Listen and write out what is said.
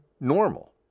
normal